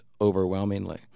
overwhelmingly